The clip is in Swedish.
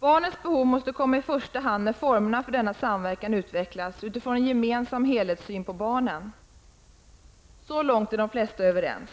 Barnens behov måste komma i första hand när formerna för denna samverkan bör utvecklas utifrån en gemensam helhetssyn på barnen. Så långt är de flesta överens.